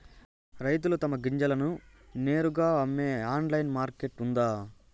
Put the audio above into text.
రైతులు తమ గింజలను నేరుగా అమ్మే ఆన్లైన్ మార్కెట్ ఉందా?